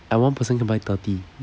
I one person can buy thirty